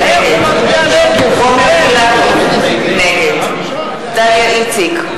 נגד רוברט אילטוב, נגד דליה איציק,